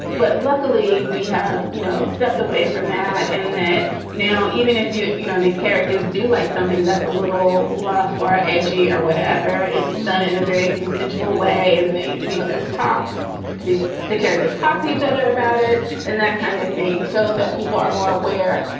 but luckily, we have, you know, stepped away from that and that now, even if, you you know, these characters do like something that's a little rough or edgy or whatever, it's done in a very consensual way. and, you know, there's talk to the the characters, talk to each other about it and that kind of thing so that people are more aware,